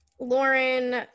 Lauren